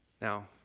Now